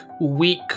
weak